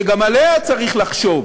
שגם עליה צריך לחשוב